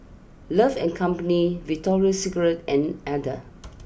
love and company Victoria Secret and Aden